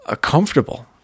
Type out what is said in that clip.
comfortable